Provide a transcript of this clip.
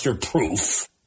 proof